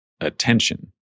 attention